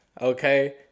Okay